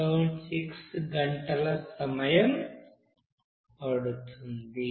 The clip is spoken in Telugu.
76 గంటల సమయం పడుతుంది